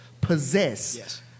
possess